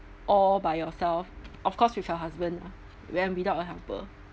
all by yourself of course with your husband when without a helper